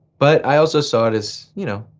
but i also saw it as, you know,